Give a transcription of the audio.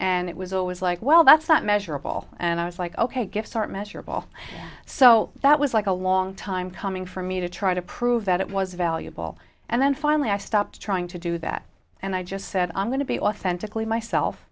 and it was always like well that's not measurable and i was like ok good start measurable so that was like a long time coming for me to try to prove that it was valuable and then finally i stopped trying to do that and i just said i'm going to be authentically myself